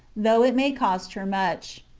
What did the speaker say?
though it may cost her much.